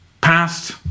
passed